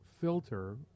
filter